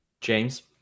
James